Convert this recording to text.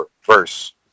first